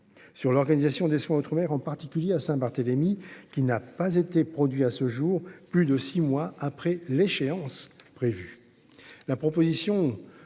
Sur l'organisation des soins outre-mer en particulier à Barthélémy qui n'a pas été produit à ce jour plus de 6 mois après l'échéance prévue.